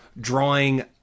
drawing